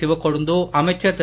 சிவக்கொழுந்து அமைச்சர் திரு